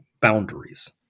boundaries